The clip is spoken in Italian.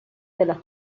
della